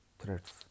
threats